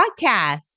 podcast